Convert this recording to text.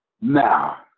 Now